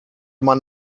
man